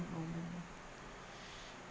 moment